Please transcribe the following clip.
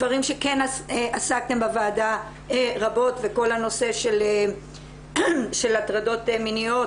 דברים שכן עסקתם בוועדה רבות וכל הנושא של הטרדות מיניות,